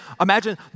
imagine